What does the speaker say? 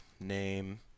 name